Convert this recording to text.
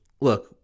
look